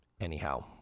anyhow